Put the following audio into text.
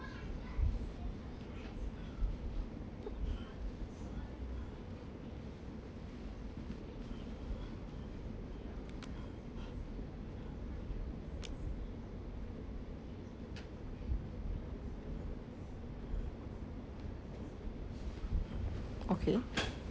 okay